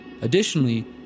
Additionally